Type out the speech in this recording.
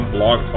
Blog